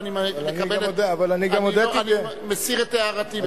ואני מקבל --- אבל אני גם הודיתי --- אני מסיר את הערתי.